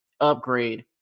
upgrade